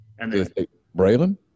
Braylon